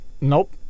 Nope